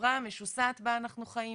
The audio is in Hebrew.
בחברה המשוסעת בה אנחנו חיים,